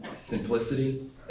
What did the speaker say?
Simplicity